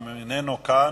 הוא איננו כאן,